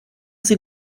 sie